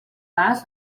ras